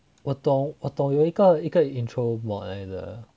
我懂我懂有一个一个 intro mod 来的